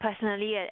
personally